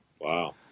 Wow